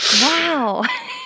Wow